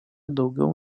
daugiau